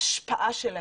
ההשפעה שלהן.